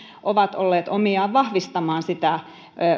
ovat olleet omiaan vahvistamaan sitä